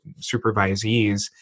supervisees